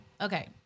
okay